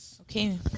Okay